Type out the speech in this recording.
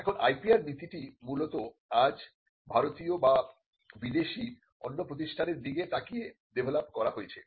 এখন IPR নীতিটি মূলত আজ ভারতীয় বা বিদেশি অন্য প্রতিষ্ঠানের দিকে তাকিয়ে ডেভেলপ করা হয়েছে